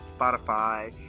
Spotify